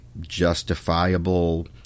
justifiable